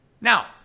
Now